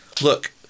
look